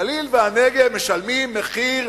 הגליל והנגב משלמים מחיר